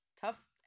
tough